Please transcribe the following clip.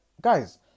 guys